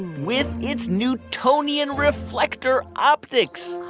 with its newtonian reflector optics ah.